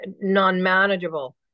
non-manageable